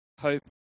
hope